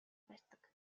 барьдаг